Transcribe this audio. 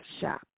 Shop